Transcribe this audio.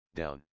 down